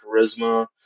charisma